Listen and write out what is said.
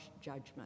judgment